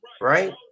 right